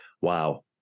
Wow